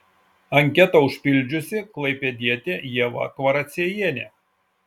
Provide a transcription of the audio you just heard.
anketą užpildžiusi klaipėdietė ieva kvaraciejienė